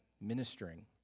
ministering